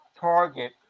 Target